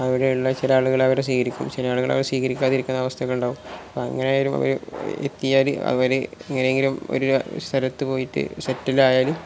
അവിടെയുള്ള ചില ആളുകൾ അവരെ സ്വീകരിക്കും ചില ആളുകൾ അവർ സ്വീകരിക്കാതിരിക്കുന്ന അവസ്ഥകൾ ഉണ്ടാകും അപ്പം അങ്ങനെയായാലും അവർ എത്തിയാൽ അവർ ഇങ്ങനെയെങ്കിലും ഒരു സ്ഥലത്ത് പോയിട്ട് സെറ്റിലായാലും